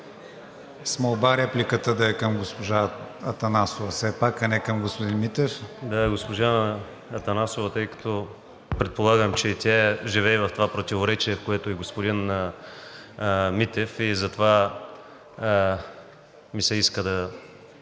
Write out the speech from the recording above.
С молба репликата да е към госпожа Атанасова все пак, а не към господин Митев. КРАСИМИР ВЪЛЧЕВ (ГЕРБ-СДС): Да, госпожа Атанасова, тъй като предполагам, че и тя живее в това противоречие, в което и господин Митев. Затова ми се иска да